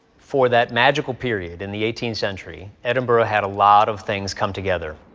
for that magical period in the eighteenth century, edinburgh had a lot of things come together.